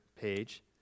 page